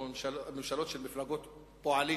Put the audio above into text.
או ממשלות של מפלגות פועלים.